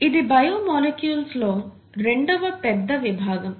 ఇది biomolecules లో రెండవ పెద్ద విభాగం